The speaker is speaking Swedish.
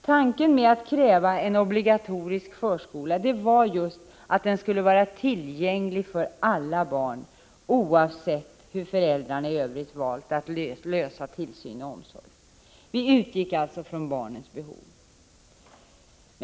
Tanken med att kräva en obligatorisk förskola var just att den skulle vara tillgänglig för alla barn oavsett hur föräldrarna i övrigt valt att lösa problemen med tillsyn och omsorg. Vi utgick alltså från barnens behov.